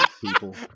people